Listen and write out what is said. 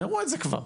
תגמרו את זה כבר.